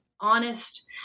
honest